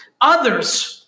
others